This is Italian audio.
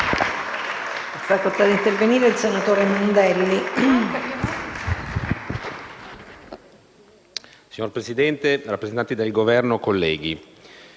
Signora Presidente, rappresentanti del Governo, colleghi,